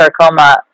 sarcoma